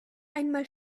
einmal